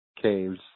Caves